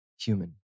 human